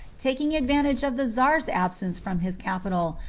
taking advantage of the czar's absence from his capital,